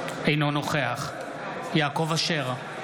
אינו נוכח יעקב אשר,